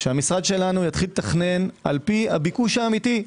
שהמשרד שלנו יתחיל לתכנן לפי הביקוש האמיתי.